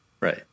Right